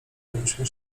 żebyśmy